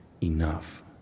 enough